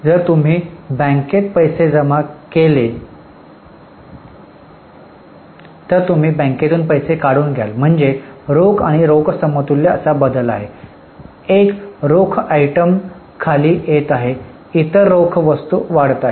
जर तुम्ही बँकेत पैसे जमा केले तर तुम्ही बँकेतून पैसे काढून घ्याल म्हणजे रोख आणि रोख समतुल्य असा बदल आहे एक रोख आयटम खाली येत आहे इतर रोख वस्तू वाढत आहे